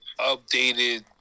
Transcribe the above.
updated